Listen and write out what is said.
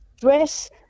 dress